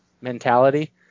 mentality